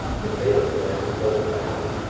the field camp called foul.